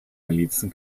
milizen